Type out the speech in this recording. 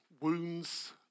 wounds